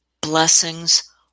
blessings